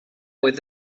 with